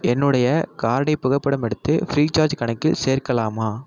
என்னுடைய கார்டை புகைப்படம் எடுத்து ஃப்ரீ சார்ஜ் கணக்கில் சேர்க்கலாமா